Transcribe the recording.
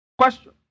Question